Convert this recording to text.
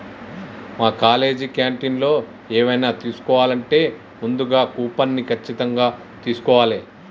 మా కాలేజీ క్యాంటీన్లో ఎవైనా తీసుకోవాలంటే ముందుగా కూపన్ని ఖచ్చితంగా తీస్కోవాలే